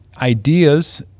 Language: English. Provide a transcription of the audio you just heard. ideas